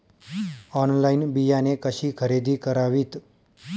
Online बियाणे कशी खरेदी करावीत?